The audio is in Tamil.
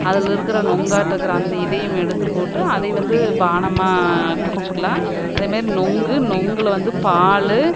அதில் இருக்கிற நொங்காட்டம் இருக்கிற அந்த இதையும் எடுத்து போட்டு அதை வந்து பானமாக குடிச்சிக்கிலாம் அதைமேரி நொங்கு நொங்கில் வந்து பால்